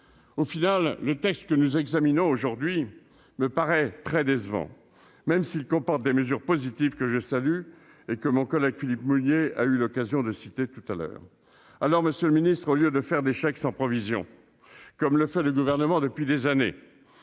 Au final, le texte que nous examinons aujourd'hui me paraît très décevant, même s'il comporte des mesures positives que je salue et que mon collègue Philippe Mouiller a eu l'occasion de mentionner tout à l'heure. Monsieur le ministre, au lieu de faire des chèques sans provision, comme le font les gouvernements depuis des années,